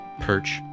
Perch